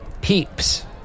Peeps